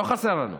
לא חסר לנו.